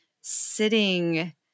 sitting